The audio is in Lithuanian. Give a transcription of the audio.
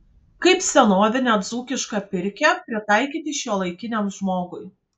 kaip senovinę dzūkišką pirkią pritaikyti šiuolaikiniam žmogui